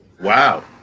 Wow